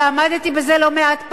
ועמדתי בזה לא מעט פעמים,